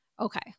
Okay